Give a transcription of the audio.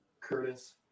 Curtis